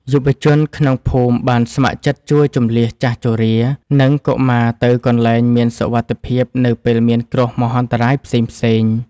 យុវជនក្នុងភូមិបានស្ម័គ្រចិត្តជួយជម្លៀសចាស់ជរា និងកុមារទៅកន្លែងមានសុវត្ថិភាពនៅពេលមានគ្រោះមហន្តរាយផ្សេងៗ។